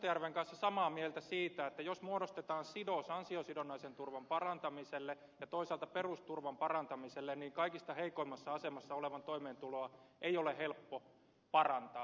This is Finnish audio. mustajärven kanssa samaa mieltä siitä että jos muodostetaan sidos ansiosidonnaisen turvan parantamiseen ja toisaalta perusturvan parantamiseen niin kaikista heikoimmassa asemassa olevan toimeentuloa ei ole helppo parantaa